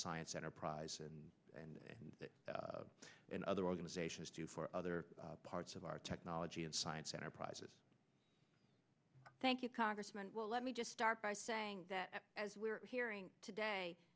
science enterprise and and and other organizations do for other parts of our technology and science enterprises thank you congressman let me just start by saying that as we're hearing today